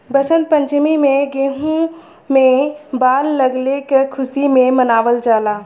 वसंत पंचमी में गेंहू में बाल लगले क खुशी में मनावल जाला